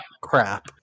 crap